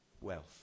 wealth